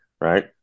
Right